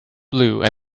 blue